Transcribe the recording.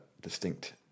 distinct